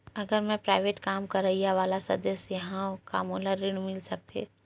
अगर मैं प्राइवेट काम करइया वाला सदस्य हावव का मोला ऋण मिल सकथे?